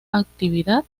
actividad